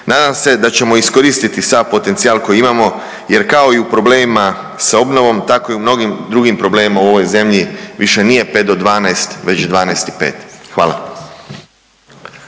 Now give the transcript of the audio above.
Nadam se da ćemo iskoristiti sav potencijal koji imamo jer kao i u problemima sa obnovom, tako i u mnogim drugim problemima u ovoj zemlji više nije 5 do 12 već 12 i 5. Hvala.